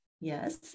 yes